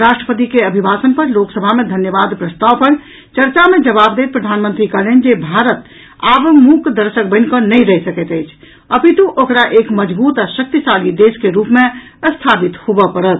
राष्ट्रपति के अभिभाषण पर लोकसभा मे धन्यवाद प्रस्ताव पर चर्चा मे जवाब दैत प्रधानमंत्री कहलनि जे भारत आब मूकदर्शक बनि कऽ नहि रहि सकैत अछि अपितु ओकरा एक मजगूत आ शक्तिशाली देश के रूप मे स्थापित होबऽ परत